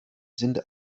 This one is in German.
sind